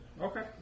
Okay